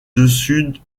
dessus